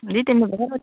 ଦୁଇ ତିନି ପ୍ରକାର ଅଛି